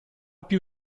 più